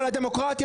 על הדמוקרטיה,